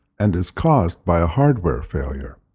and is caused by a hardware failure.